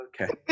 Okay